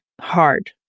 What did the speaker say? hard